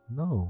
no